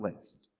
list